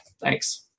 Thanks